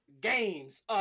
games